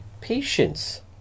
patience